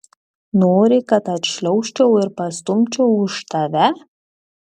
nori kad atšliaužčiau ir pastumčiau už tave